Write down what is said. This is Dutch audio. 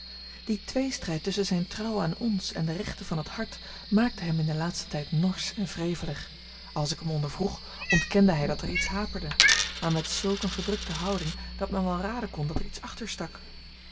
die tweestrijd tusschen zijne trouw aan ons en de rechten van het hart maakte hem in den laatsten tijd norsch en wrevelig als ik hem ondervroeg ontkende hij dat er iets haperde maar met zulk eene gedrukte houding dat men wel raden kon dat er iets achter stak